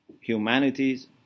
humanities